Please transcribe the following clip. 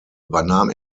übernahm